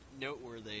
noteworthy